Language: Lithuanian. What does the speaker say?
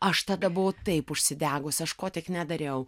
aš tada buvau taip užsidegusi aš ko tik nedariau